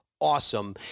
Awesome